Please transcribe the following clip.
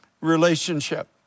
relationship